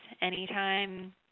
anytime